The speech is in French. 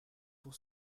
pour